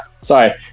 sorry